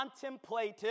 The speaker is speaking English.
contemplative